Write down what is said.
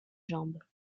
jambes